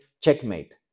checkmate